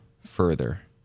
further